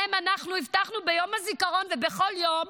שלהם אנחנו הבטחנו ביום הזיכרון ובכל יום